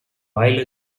while